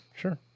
sure